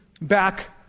back